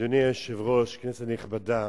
אדוני היושב-ראש, כנסת נכבדה,